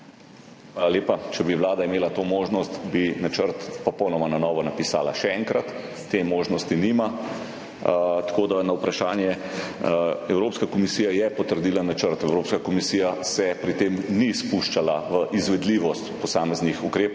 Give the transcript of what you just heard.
Če bi vlada imela to možnost, bi načrt popolnoma na novo napisala. Še enkrat – te možnosti nima. Tako da na vprašanje, Evropska komisija je potrdila načrt. Evropska komisija se pri tem ni spuščala v izvedljivost posameznih ukrepov